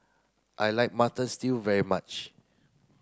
I like mutton stew very much